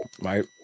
right